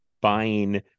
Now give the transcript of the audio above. buying